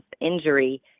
injury